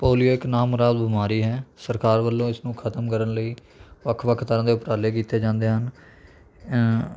polio ਇੱਕ ਨਾ ਮੁਰਾਦ ਬਿਮਾਰੀ ਹੈ ਸਰਕਾਰ ਵੱਲੋਂ ਇਸ ਨੂੰ ਖ਼ਤਮ ਕਰਨ ਲਈ ਵੱਖ ਵੱਖ ਤਰ੍ਹਾਂ ਦੇ ਉਪਰਾਲੇ ਕੀਤੇ ਜਾਂਦੇ ਹਨ